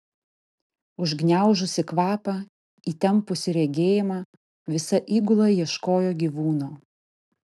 užgniaužusi kvapą įtempusi regėjimą visa įgula ieškojo gyvūno